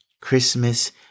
Christmas